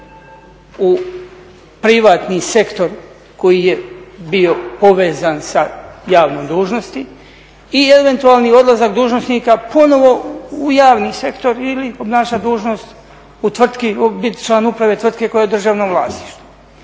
u privatni sektor koji je bio povezan sa javnom dužnosti i eventualni odlazak dužnosnika ponovo u javni sektor ili obnašat dužnost u tvrtki, bit član uprave tvrtke koja je u državnom vlasništvu.